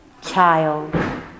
child